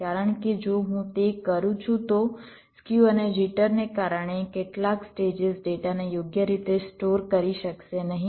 કારણ કે જો હું તે કરું છું તો સ્ક્યુ અને જિટરને કારણે કેટલાક સ્ટેજીસ ડેટાને યોગ્ય રીતે સ્ટોર કરી શકશે નહીં